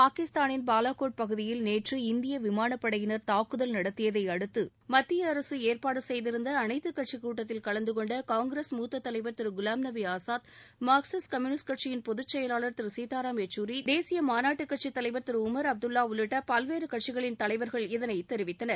பாகிஸ்தானின் பாலாகோட் பகுதியில் நேற்று இந்திய விமானப்படையினர் தாக்குதல் நடத்தியதை அடுத்து மத்திய அரசு ஏற்பாடு செய்திருந்த அனைத்துக்கட்சிக் கூட்டத்தில் கலந்து கொண்ட காங்கிரஸ் மூத்த தலைவர் திரு குலாம்நபி ஆசாத் மார்க்சிஸ்ட் கம்யூனிஸ்ட் கட்சியின் பொதுச் செயலாளர் திரு சீதாராம் யெச்சூரி தேசிய மாநாட்டுக்கட்சி தலைவர் திரு உமர் அப்துல்லா உள்ளிட்ட பல்வேறு கட்சிகளின் தலைவர்கள் இதனை தெரிவித்தனர்